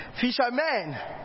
fishermen